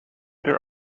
their